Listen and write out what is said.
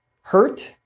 Hurt